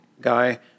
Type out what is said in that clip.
guy